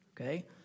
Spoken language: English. okay